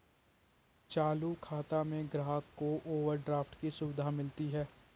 चालू खाता में ग्राहक को ओवरड्राफ्ट की सुविधा मिलती है